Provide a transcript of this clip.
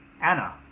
Anna